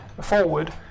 forward